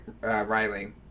Riley